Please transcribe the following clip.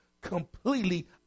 completely